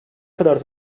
kadar